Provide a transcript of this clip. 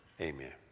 Amen